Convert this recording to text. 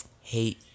hate